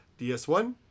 DS1